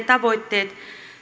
tavoitteet